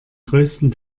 größten